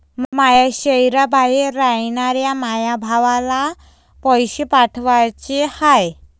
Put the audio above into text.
माया शैहराबाहेर रायनाऱ्या माया भावाला पैसे पाठवाचे हाय